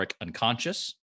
unconscious